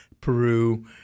Peru